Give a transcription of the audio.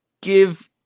give